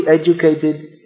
educated